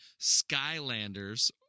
Skylanders